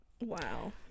wow